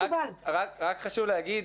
רק חשוב להגיד,